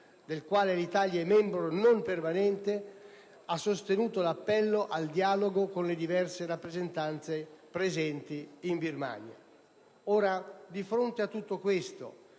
del quale l'Italia è membro non permanente, l'Italia ha sostenuto l'appello al dialogo con le diverse rappresentanze presenti in Birmania. Di fronte a tutto questo,